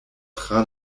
tra